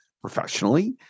professionally